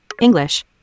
English